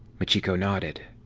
machiko nodded.